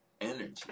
Energy